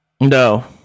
No